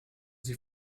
sie